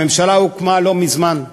הממשלה הוקמה לא מזמן,